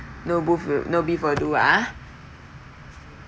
no both will no beef will do uh